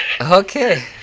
Okay